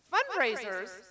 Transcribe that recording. Fundraisers